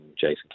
Jason